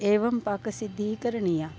एवं पाकसिद्धिः करणीया